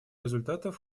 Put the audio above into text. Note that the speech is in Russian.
результатов